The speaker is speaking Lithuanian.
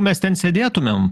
mes ten sėdėtum